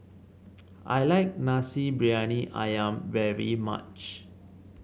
I like Nasi Briyani ayam very much